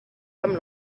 amb